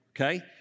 okay